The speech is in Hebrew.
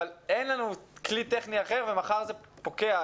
אבל אין לנו כלי טכני אחר ומחר זה פוקע,